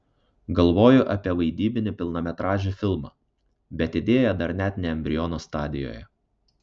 galvoju apie vaidybinį pilnametražį filmą bet idėja dar net ne embriono stadijoje